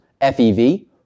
FEV